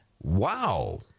Wow